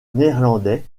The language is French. néerlandais